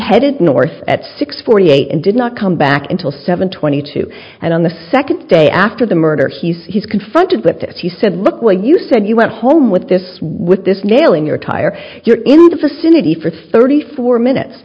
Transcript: headed north at six forty eight and did not come back until seven twenty two and on the second day after the murder he says he's confronted with this he said look what you said you went home with this with this nail in your tire you're in the vicinity for thirty four minutes